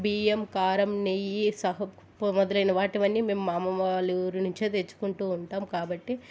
బియ్యం కారం నెయ్యి సహ మొదలైన వాటివన్నీ మేము మా అమ్మమ్మ వాళ్ళ ఊరి నుంచే తెచ్చుకుంటు ఉంటాం కాబట్టి